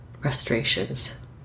frustrations